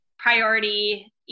Priority